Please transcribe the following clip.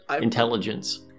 intelligence